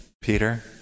Peter